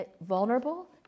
Vulnerable